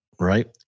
Right